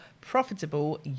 profitable